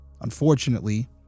Unfortunately